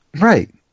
Right